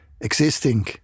existing